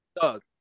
Doug